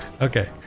okay